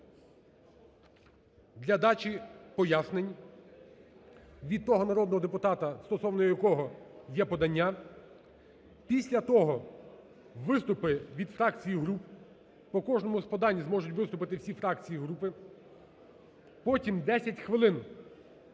для дачі пояснень від того народного депутата, стосовно якого є подання. Після того виступи від фракцій і груп, по кожному з подань зможуть виступити всі фракції і групи. Потім 10 хвилин